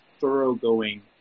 thoroughgoing